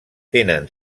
tenen